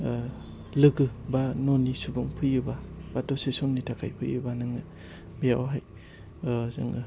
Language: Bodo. लोगो बा न'नि सुबुं फैयोबा बा दसे समनि थाखाय फैयोबा नोङो बेवहाय जोङो